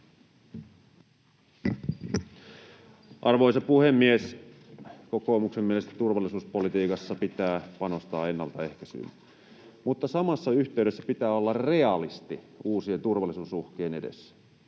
Arvoisa puhemies! Kokoomuksen mielestä turvallisuuspolitiikassa pitää panostaa ennaltaehkäisyyn mutta samassa yhteydessä pitää olla realisti uusien turvallisuusuhkien edessä,